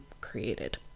created